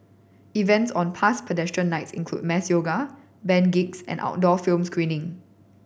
events on past Pedestrian Nights included mass yoga band gigs and outdoor film screening